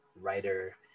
writer